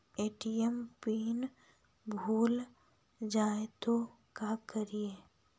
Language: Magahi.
ए.टी.एम पिन भुला जाए तो का करी?